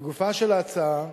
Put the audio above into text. לגופה של ההצעה,